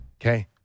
okay